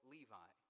Levi